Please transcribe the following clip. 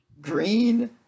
Green